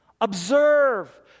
observe